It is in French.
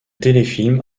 téléfilm